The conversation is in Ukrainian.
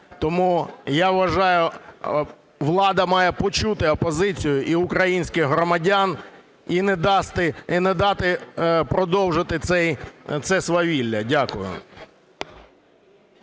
Тому я вважаю, влада має почути опозицію і українських громадян і не дати продовжити це свавілля. Дякую.